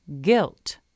guilt